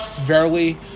Verily